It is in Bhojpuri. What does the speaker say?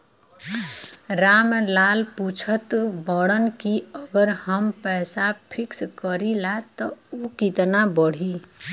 राम लाल पूछत बड़न की अगर हम पैसा फिक्स करीला त ऊ कितना बड़ी?